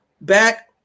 back